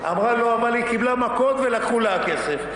אמרה לו: אבל היא קיבלה מכות ולקחו לה הכסף,